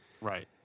Right